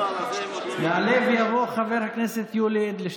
יעלה ויבוא חבר הכנסת יולי אדלשטיין.